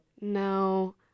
No